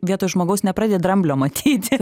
vietoj žmogaus nepradedi dramblio matyti